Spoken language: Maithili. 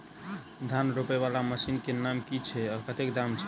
धान रोपा वला मशीन केँ नाम की छैय आ कतेक दाम छैय?